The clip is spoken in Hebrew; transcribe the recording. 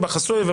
בחסוי.